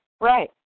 right